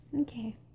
Okay